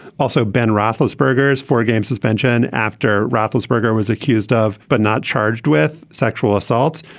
also ben roethlisberger is for a game suspension after roethlisberger was accused of but not charged with sexual assault.